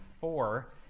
four